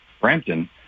Brampton